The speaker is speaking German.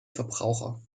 verbraucher